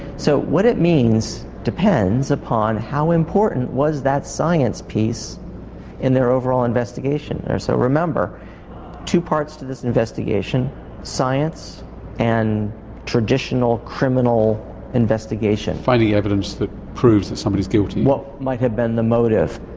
so what it means depends upon how important was that science piece in their overall investigation. and so remember two parts to this investigation science and traditional criminal investigation. finding evidence that proves that somebody's guilty? what might have been the motive,